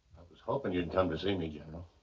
was hoping you'd come to see me.